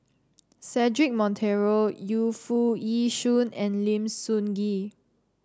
Cedric Monteiro Yu Foo Yee Shoon and Lim Sun Gee